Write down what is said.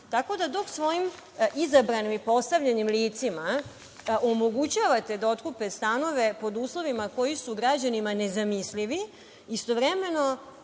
stanove. Dok svojim izabranim i postavljenim licima omogućavate da otkupe stanove pod uslovima koji su građanima nezamislivi, istovremeno